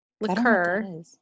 liqueur